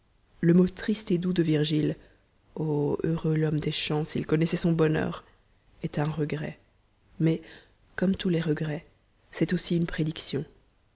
le mot triste et doux de virgile o heureux l'homme des champs s'il connaissait son bonheur est un regret mais comme tous les regrets c'est aussi une prédiction